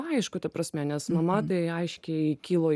aišku ta prasme nes nomadai aiškiai kilo